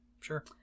Sure